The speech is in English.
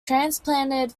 transplanted